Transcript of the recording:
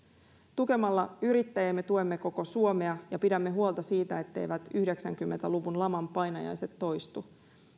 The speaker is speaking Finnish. tukemalla yrittäjiä me tuemme koko suomea ja pidämme huolta siitä etteivät yhdeksänkymmentä luvun laman painajaiset toistu